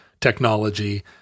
technology